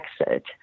exit